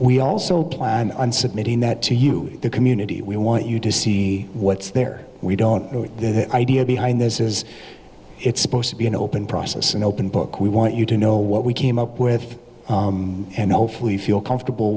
we also plan on submitting that to you the community we want you to see what's there we don't know what their idea behind this is it's supposed to be an open process an open book we want you to know what we came up with and hopefully feel comfortable